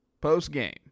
post-game